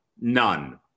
none